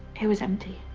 it was empty.